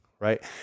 right